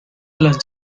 las